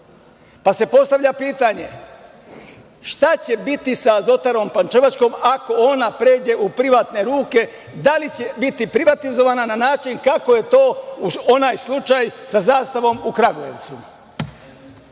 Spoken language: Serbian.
Postavlja se pitanje, šta će biti sa Azotarom pančevačkom ako ona pređe u privatne ruke, da li će biti privatizovana na način kako je to i onaj slučaj sa „Zastavom“ u Kragujevcu? Što